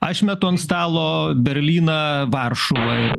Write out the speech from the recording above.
aš metu an stalo berlyną varšuvą